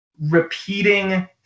repeating